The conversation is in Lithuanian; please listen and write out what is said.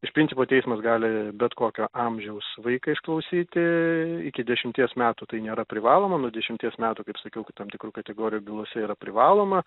iš principo teismas gali bet kokio amžiaus vaiką išklausyti iki dešimties metų tai nėra privaloma nuo dešimties metų kaip sakiau kad tam tikrų kategorijų bylose yra privaloma